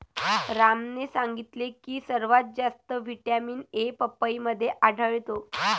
रामने सांगितले की सर्वात जास्त व्हिटॅमिन ए पपईमध्ये आढळतो